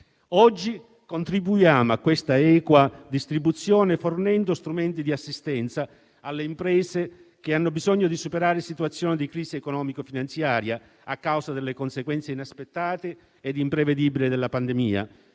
Oggi contribuiamo a questa equa distribuzione fornendo strumenti di assistenza alle imprese che hanno bisogno di superare situazioni di crisi economico-finanziaria a causa delle conseguenze inaspettate e imprevedibili della pandemia